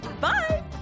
bye